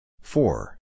Four